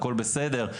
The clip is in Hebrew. הכול בסדר,